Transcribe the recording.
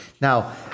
Now